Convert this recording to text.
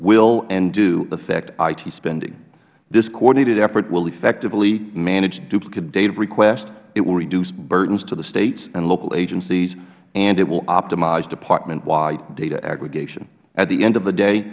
will and do affect it spending this coordinated effort will effectively manage duplicative data requests it will reduce burdens to the states and local agencies and it will optimize department wide data aggregation at the end of the day